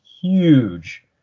huge